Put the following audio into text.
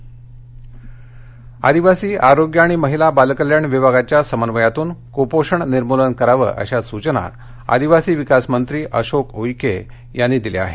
आदिवासी नाशिक आदिवासी आरोग्य आणि महिला बालकल्याण विभागाच्या समन्वयातून कुपोषण निर्मूलन करावे अशा सुचना आदिवासी विकास मंत्री अशोक उईके यांनी दिल्या आहेत